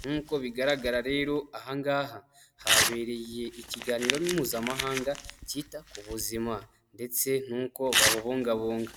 nk'uko bigaragara rero aha ngaha habereye ikiganiro mpuzamahanga cyita ku buzima ndetse n'uko babubungabunga.